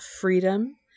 Freedom